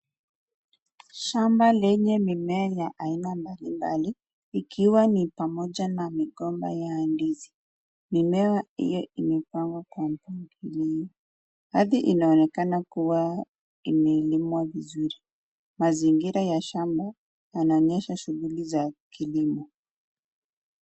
Shamba lenye mimie ya aina mbali mbali, ikiwa ni pamoja na migomba ya ndizi. Mimea hiyo imepangwa kwa, Hadi inaonekana imelimwa vizuri. Mazingira ya shamba yanaonyesha shughuli ya kilimo.